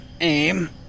aim